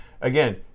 Again